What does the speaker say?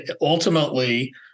ultimately